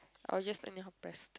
I will just anyhow press